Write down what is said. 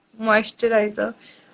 moisturizer